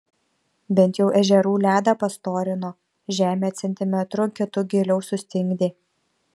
bent jau ežerų ledą pastorino žemę centimetru kitu giliau sustingdė